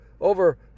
over